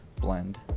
blend